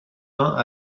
vingts